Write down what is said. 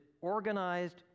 organized